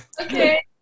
Okay